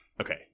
okay